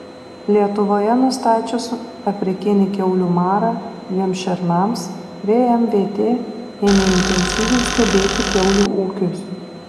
lietuvoje nustačius afrikinį kiaulių marą dviem šernams vmvt ėmė intensyviai stebėti kiaulių ūkius